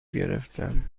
گرفتم